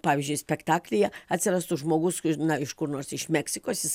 pavyzdžiui spektaklyje atsirastų žmogus kuris na iš kur nors iš meksikos jis